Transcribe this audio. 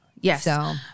Yes